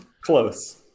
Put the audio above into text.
close